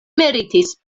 meritis